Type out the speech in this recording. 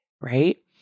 right